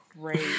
great